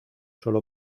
sólo